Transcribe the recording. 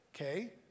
okay